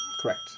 Correct